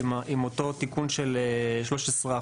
עם אותו תיקון של 13%,